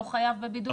לא חייב בבידוד?